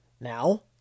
Now